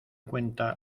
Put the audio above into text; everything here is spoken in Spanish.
cuenta